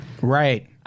Right